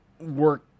work